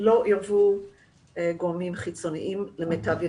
למיטב ידיעתי לא עירבו גורמים חיצוניים.